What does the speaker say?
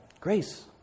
Grace